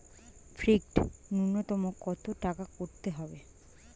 Fixed নুন্যতম কত টাকা করতে হবে?